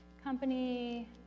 Company